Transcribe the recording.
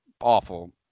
awful